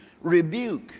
rebuke